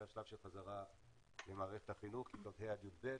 השלב של החזרה למערכת החינוך כתות ה'-י"ב,